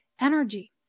energy